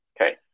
okay